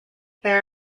there